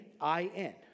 I-N